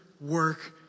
work